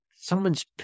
someone's